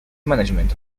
management